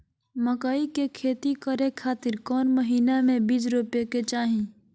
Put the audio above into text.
मकई के खेती करें खातिर कौन महीना में बीज रोपे के चाही?